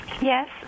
Yes